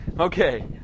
Okay